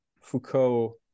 Foucault